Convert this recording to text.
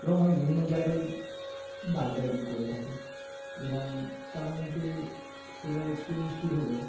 এবং আমি বিভিন্ন জায়গায় বাইক রাইডিং করে থাকি এবং তার মধ্যে সেরা এক্সপেরিয়েন্সটি হলো